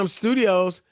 studios